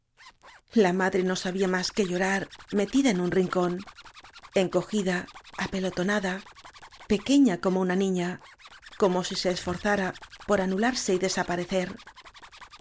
la madre no sabía más que llorar metida en un rincón encogida apelotonada pequeña como una niña como si se esforzara por anularse y desaparecer